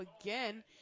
again